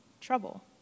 trouble